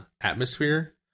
atmosphere